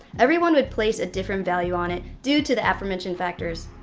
everyone would place a different value on it due to the aforementioned factors.